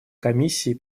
комиссии